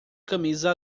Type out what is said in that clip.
camisa